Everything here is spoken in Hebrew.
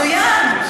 מצוין.